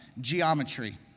geometry